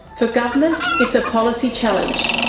for governments it's a policy challenge.